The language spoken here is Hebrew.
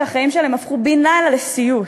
שהחיים שלהם הפכו בן-לילה לסיוט.